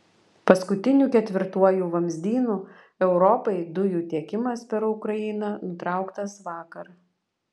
paskutiniu ketvirtuoju vamzdynu europai dujų tiekimas per ukrainą nutrauktas vakar